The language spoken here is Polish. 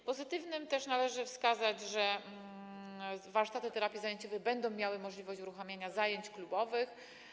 Jako pozytywne należy też wskazać, że warsztaty terapii zajęciowej będą miały możliwość uruchomienia zajęć klubowych.